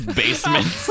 basement